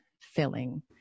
filling